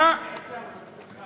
אפשר לפתח את זה,